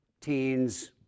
teens